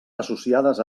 associades